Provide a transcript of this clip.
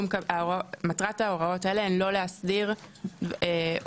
מטרת ההוראות האלה הן לא להסדיר הוראות,